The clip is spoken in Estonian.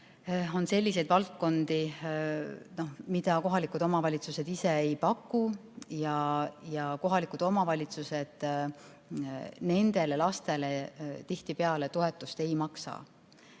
on selliseid tegevusi, mida kohalikud omavalitsused ise ei paku, ja omavalitsused nendele lastele tihtipeale toetust ei maksa.